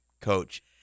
Coach